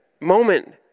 moment